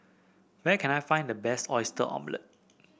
where can I find the best Oyster Omelette